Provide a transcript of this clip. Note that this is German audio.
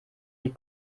die